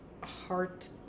heart